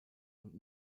und